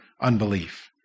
unbelief